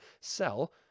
cell